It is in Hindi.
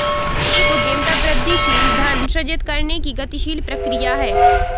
एक उद्यमिता वृद्धिशील धन सृजित करने की गतिशील प्रक्रिया है